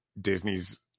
Disney's